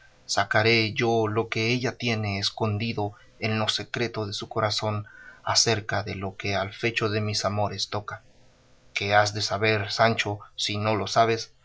sacaré yo lo que ella tiene escondido en lo secreto de su corazón acerca de lo que al fecho de mis amores toca que has de saber sancho si no lo sabes